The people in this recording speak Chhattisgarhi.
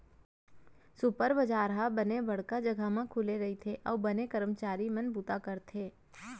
सुपर बजार ह बने बड़का जघा म खुले रइथे अउ बने करमचारी मन बूता करथे